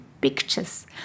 pictures